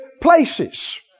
places